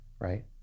right